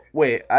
wait